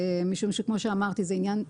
משום שזה עניין בין-לאומי.